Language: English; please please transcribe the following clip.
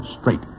straight